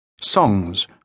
Songs